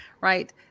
right